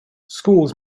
schools